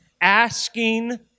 Asking